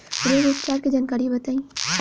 रोग उपचार के जानकारी बताई?